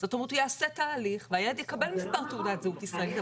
הוא יעשה תהליך והילד יקבל מספר תעודת זהות ישראלית,